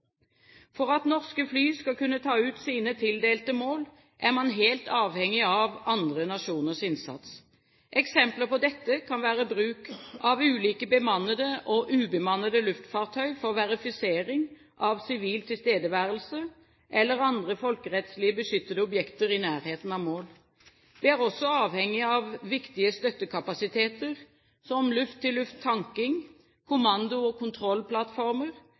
For at norske fly skal kunne ta ut sine tildelte mål, er man helt avhengig av andre nasjoners innsats. Eksempler på dette kan være bruk av ulike bemannede og ubemannede luftfartøy for verifisering av sivil tilstedeværelse eller andre folkerettslig beskyttede objekter i nærheten av mål. Vi er også avhengig av viktige støttekapasiteter, som luft-til-luft-tanking, kommando- og kontrollplattformer,